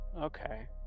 Okay